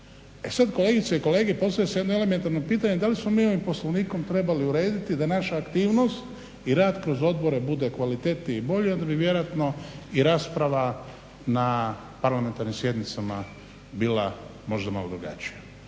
E sad kolegice i kolege, postavlja se jedno elementarno pitanje, da li smo mi ovim poslovnikom trebali urediti da naša aktivnost i rad kroz odbore bude kvalitetniji i bolji, onda bi vjerojatno i rasprava na parlamentarnim sjednicama bila možda malo drugačija.